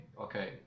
okay